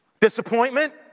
disappointment